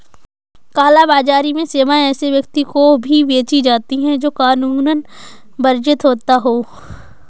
काला बाजारी में सेवाएं ऐसे व्यक्ति को भी बेची जाती है, जो कानूनन वर्जित होता हो